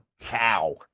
cow